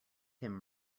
him